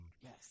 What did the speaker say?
Yes